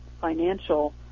financial